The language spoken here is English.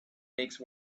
make